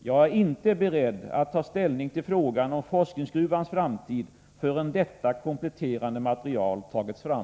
Jag är inte beredd att ta ställning till frågan om forskningsgruvans framtid förrän detta kompletterande material tagits fram.